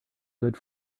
good